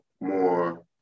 more